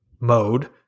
mode